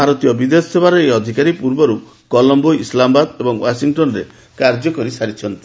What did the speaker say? ଭାରତୀୟ ବିଦେଶ ସେବାର ଏହି ଅଧିକାରୀ ପୂର୍ବରୁ କଲମ୍ଘୋ ଇସଲାମାବାଦ ଏବଂ ୱାଶିଂଟନ୍ରେ କାର୍ଯ୍ୟ କରିସାରିଛନ୍ତି